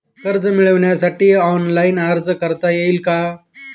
कर्ज मिळविण्यासाठी ऑनलाइन अर्ज करता येईल का?